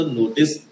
notice